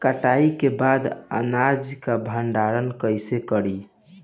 कटाई के बाद अनाज का भंडारण कईसे करीं?